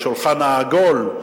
בשולחן העגול,